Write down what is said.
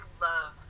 love